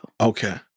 Okay